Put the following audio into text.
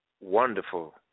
wonderful